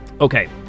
Okay